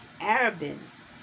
Arabins